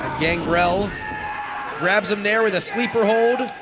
gangrel grabs him there with a sleeper hold,